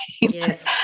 Yes